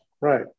right